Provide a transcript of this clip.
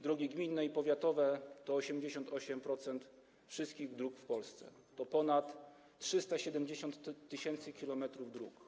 Drogi gminne i powiatowe to 88% wszystkich dróg w Polsce, to ponad 370 tys. km dróg.